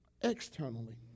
externally